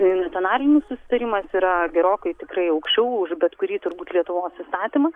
nacionalinis susitarimas yra gerokai tikrai aukščiau už bet kurį turbūt lietuvos įstatymą